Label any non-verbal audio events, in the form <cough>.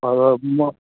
<unintelligible>